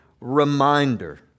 reminder